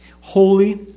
holy